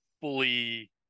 fully